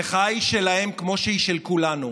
המחאה היא שלהם כמו שהיא של כולנו,